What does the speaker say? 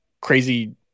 crazy